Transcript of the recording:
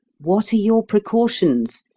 what are your precautions?